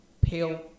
pale